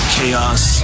Chaos